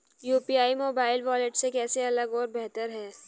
UPI mobile wallet से कैसे अलग और बेहतर है?